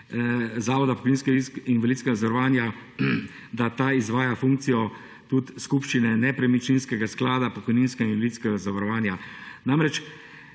Zavoda za pokojninsko in invalidsko zavarovanje, da ta izvaja funkcijo tudi skupščine nepremičninskega sklada pokojninskega in invalidskega zavarovanja. Namreč,